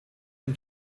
den